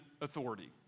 authority